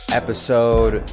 episode